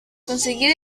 conseguir